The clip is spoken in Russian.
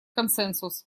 консенсус